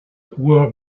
were